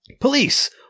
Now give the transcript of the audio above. Police